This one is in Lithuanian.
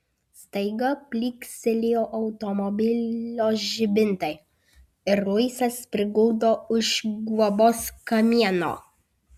staiga plykstelėjo automobilio žibintai ir luisas prigludo už guobos kamieno